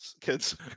kids